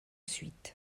suite